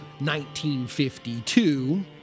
1952